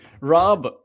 Rob